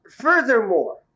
furthermore